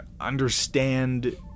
understand